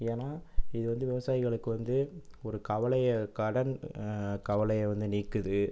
ஏன்னா இது வந்து விவசாயிகளுக்கு வந்து ஒரு கவலையை கடன் கவலையை வந்து நீக்குது